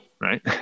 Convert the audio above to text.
right